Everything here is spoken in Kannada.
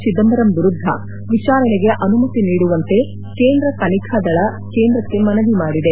ಚಿದಂಬರಂ ವಿರುದ್ದ ವಿಚಾರಣೆಗೆ ಅನುಮತಿ ನೀಡುವಂತೆ ಕೇಂದ್ರ ತನಿಖಾ ದಳ ಕೇಂದ್ರಕ್ಕೆ ಮನವಿ ಮಾಡಿದೆ